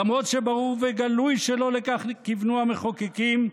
למרות שברור וגלוי שלא לכך כיוונו המחוקקים,